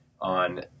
on